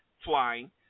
flying